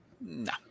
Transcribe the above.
No